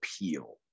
appeal